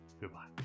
goodbye